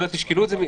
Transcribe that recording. תשקלו את זה.